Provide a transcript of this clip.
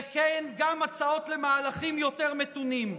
וכן גם הצעות למהלכים יותר מתונים,